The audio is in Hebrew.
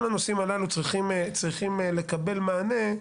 כל הנושאים הללו צריכים לקבל מענה,